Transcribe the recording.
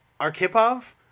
Arkhipov